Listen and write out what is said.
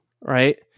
right